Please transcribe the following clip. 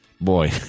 boy